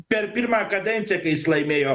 per pirmą kadenciją kai jis laimėjo